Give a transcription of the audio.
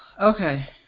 Okay